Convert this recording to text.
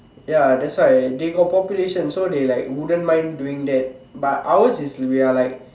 ya that's why they got population so they like wouldn't mind doing that but ours is we are like